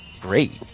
great